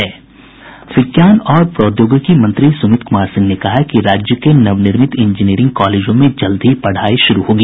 विज्ञान और प्रौद्योगिकी मंत्री सुमित कुमार सिंह ने कहा है कि राज्य के नवनिर्मित इंजीनियरिंग कॉलेजों में जल्द ही पढ़ाई शुरू होगी